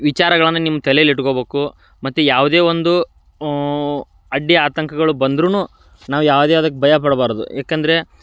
ವಿಚಾರಗಳನ್ನ ನಿಮ್ಮ ತಲೆಲಿ ಇಟ್ಗೋಬೇಕು ಮತ್ತು ಯಾವುದೇ ಒಂದು ಅಡ್ಡಿ ಆತಂಕಗಳು ಬಂದ್ರೂ ನಾವು ಯಾವುದೇ ಅದಕ್ಕೆ ಭಯಪಡಬಾರ್ದು ಏಕಂದ್ರೆ